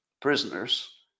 prisoners